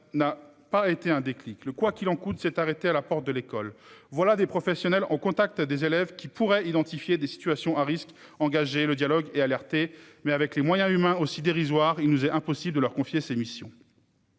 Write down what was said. n'a pas été un déclic. Le quoi qu'il en coûte s'est arrêté à la porte de l'école. Voilà des professionnels au contact des élèves qui pourrait identifier des situations à risque, engager le dialogue est alerté, mais avec les moyens humains aussi dérisoire il nous est impossible de leur confier ces missions.